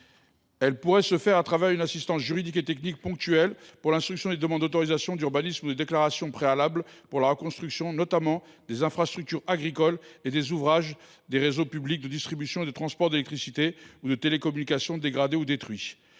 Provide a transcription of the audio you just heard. Elle pourrait se traduire par une assistance juridique et technique ponctuelle à l’instruction des demandes d’autorisation d’urbanisme ou des déclarations préalables pour la reconstruction, notamment, des infrastructures agricoles et des réseaux publics de distribution et de transport d’électricité ou de télécommunications. Une convention